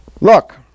Look